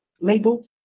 label